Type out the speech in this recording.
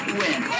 win